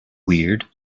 weird